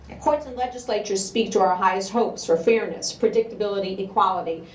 courts and legislatures speak to our highest hopes for fairness, predictability, equality,